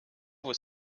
vos